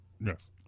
Yes